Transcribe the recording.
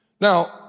Now